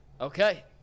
Okay